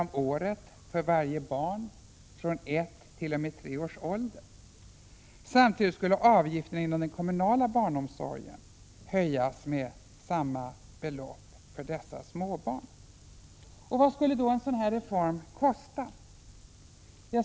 om året för varje barn från 1 t.o.m. 3 års ålder. Samtidigt skulle avgifterna inom den kommunala barnomsorgen höjas med samma belopp för dessa småbarn. Och vad skulle en sådan reform kosta?